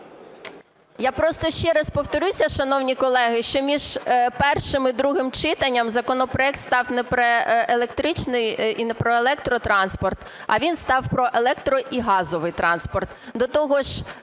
Я просто ще раз повторюся, шановні колеги, що між першим і другим читанням законопроект став не про електричний і не про електротранспорт, а він став про електро- і газовий транспорт.